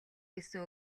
гэсэн